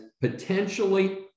potentially